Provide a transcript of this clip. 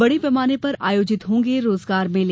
बड़े पैमाने पर आयोजित होंगे रोजगार मेले